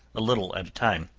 a little at a time,